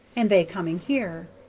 and they coming here.